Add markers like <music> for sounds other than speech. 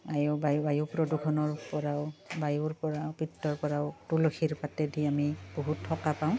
বায়ু প্ৰদূষণৰ পৰাও বায়ুৰ পৰাও <unintelligible> তুলসীৰ পাতে দি আমি বহুত সকাহ পাওঁ